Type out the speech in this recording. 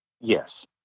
Yes